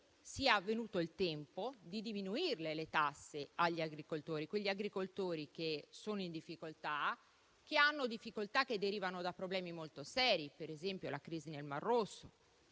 sia venuto il tempo di diminuire le tasse agli agricoltori, quegli agricoltori che sono in difficoltà, difficoltà derivanti da problemi molto seri, per esempio la crisi nel mar Rosso,